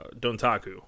Dontaku